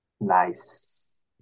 nice